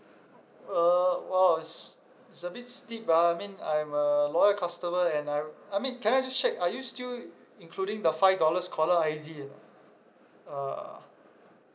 uh !wow! it's it's a bit steep ah I mean I'm a loyal customer and I I mean can I just check are you still including the five dollars caller I_D ah uh